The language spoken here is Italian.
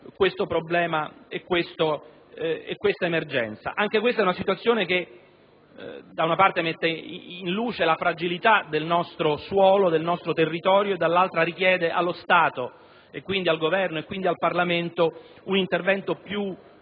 questo problema e la relativa emergenza. Anche questa è una situazione che, da una parte, mette in luce la fragilità del suolo del nostro territorio e, dall'altra, richiede allo Stato (e quindi al Governo e al Parlamento) un intervento più tempestivo